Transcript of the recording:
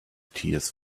tears